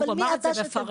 אבל מי אתה שתגיד?